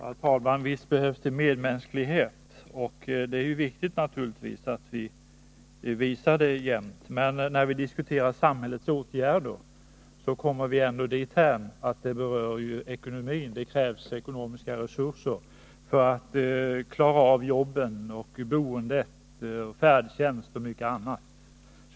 Herr talman! Visst behövs det medmänsklighet, och det är naturligtvis viktigt att vi jämt visar det. Men när vi diskuterar samhällets åtgärder kommer vi ändå dithän att det berör ekonomin. Det krävs ekonomiska resurser för att man skall kunna klara jobbet, boendet, färdtjänsten och mycket annat.